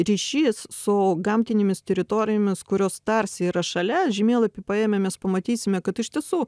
ryšys su gamtinėmis teritorijomis kurios tarsi yra šalia žemėlapį paėmę mes pamatysime kad iš tiesų